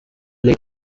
late